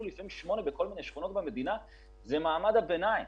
שמונה בכל מיני שכונות במדינה זה מעמד ביניים.